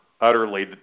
utterly